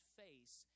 face